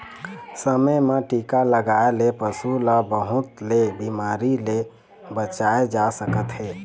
समे म टीका लगवाए ले पशु ल बहुत ले बिमारी ले बचाए जा सकत हे